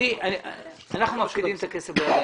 אתם